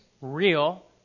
real